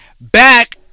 back